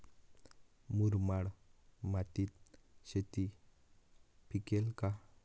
मुरमाड मातीत शेती पिकेल का?